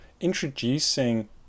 Introducing